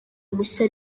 mushya